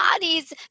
bodies